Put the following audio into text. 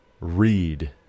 read